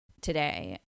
today